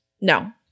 No